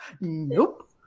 Nope